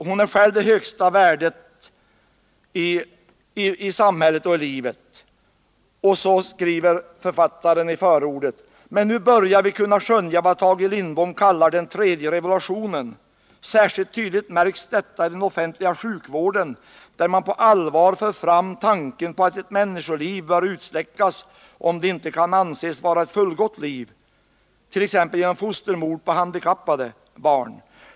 Hon har själv det högsta värdet i samhället och livet. F.J. Nordstedt skriver i förordet: ”Men nu börjar vi kunna skönja vad Tage Lindbom kallar den tredje revolutionen. Särskilt tydligt märks detta i den offentliga sjukvården, där man på allvar för fram tanken på att ett människoliv skall utsläckas, om det inte kan anses vara ett fullgott liv, t.ex. genom fostermord på handikappade barn.